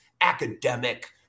academic